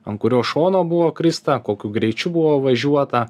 ant kurio šono buvo krista kokiu greičiu buvo važiuota